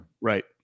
right